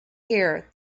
here